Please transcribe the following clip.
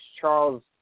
Charles